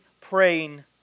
praying